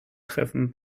treffen